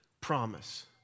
promise